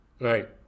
Right